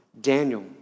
Daniel